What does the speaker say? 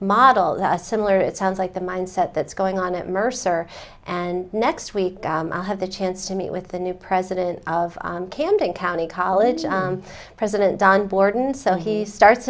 model similar it sounds like the mindset that's going on at mercer and next week i'll have the chance to meet with the new president of camden county college president don borden so he starts